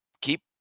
keep